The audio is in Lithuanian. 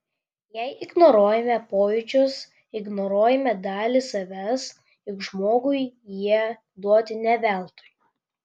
jei ignoruojame pojūčius ignoruojame dalį savęs juk žmogui jie duoti ne veltui